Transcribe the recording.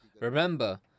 Remember